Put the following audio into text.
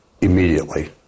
immediately